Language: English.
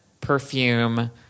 perfume